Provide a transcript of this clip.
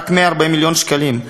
רק 140 מיליון שקלים.